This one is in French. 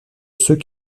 ceux